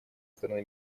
стороны